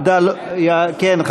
כן, מבקש לדבר.